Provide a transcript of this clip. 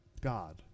God